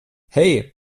hey